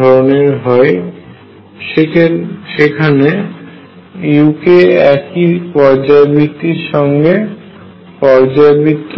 ধরনের হয় সেখানে uk একই পর্যাবৃত্তির সঙ্গে পর্যায়বৃত্ত হয়